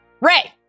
Ray